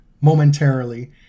momentarily